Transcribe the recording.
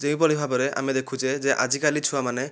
ଯେଉଁଭଳି ଭାବରେ ଆମେ ଦେଖୁଛେ ଯେ ଆଜିକାଲି ଛୁଆମାନେ